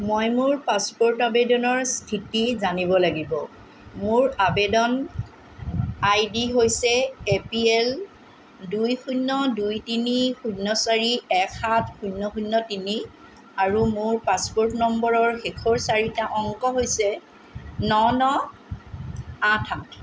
মই মোৰ পাছপ'ৰ্ট আবেদনৰ স্থিতি জানিব লাগিব মোৰ আবেদন আইডি হৈছে এ পি এল দুই শূণ্য দুই তিনি শূণ্য চাৰি এক সাত শূণ্য শূণ্য তিনি আৰু মোৰ পাছপ'ৰ্ট নম্বৰৰ শেষৰ চাৰিটা অংক হৈছে ন ন আঠ আঠ